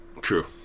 True